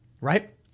right